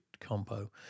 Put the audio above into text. compo